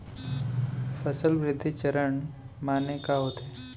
फसल वृद्धि चरण माने का होथे?